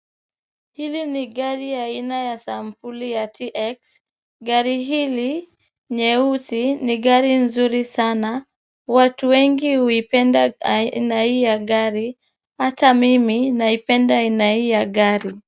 Hili ni gari aina ya sampuli ya TX. Gari hili nyeusi ni gari nzuri sana. Watu wengi huipenda aina hii ya gari. Hata mimi naipenda aina hii ya gari.